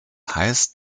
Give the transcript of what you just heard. heißt